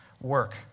work